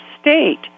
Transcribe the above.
state